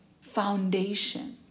foundation